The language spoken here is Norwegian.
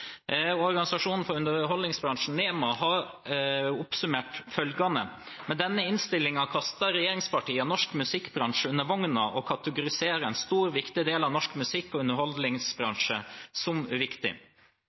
Organisasjonen for underholdningsbransjen, NEMAA, har oppsummert følgende: Med denne innstillingen kaster regjeringspartiene norsk musikkbransje under vogna og kategoriserer en stor viktig del av norsk musikk- og